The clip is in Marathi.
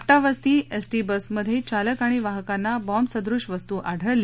आपटा वस्ती एसटी बसमध्यविलक आणि वाहकांना बॉम्बसदृश्य वस्तू आढळली